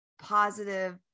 positive